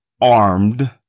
armed